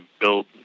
built